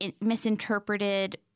misinterpreted